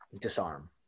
disarm